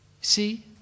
See